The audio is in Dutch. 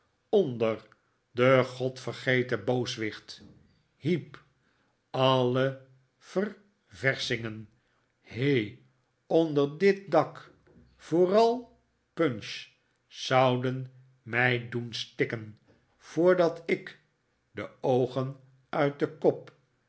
onder den godvergeten booswicht heep alle ververschingen he onder dit dak vooral punch zouden mij doen stikken voordat ik de oogen uit den kop